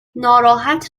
ناراحت